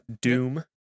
Doom